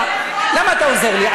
למה אתה עוזר לי?